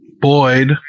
Boyd